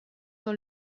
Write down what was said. dans